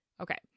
Okay